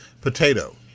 potato